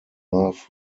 love